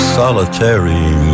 solitary